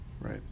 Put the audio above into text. right